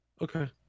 Okay